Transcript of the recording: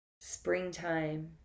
springtime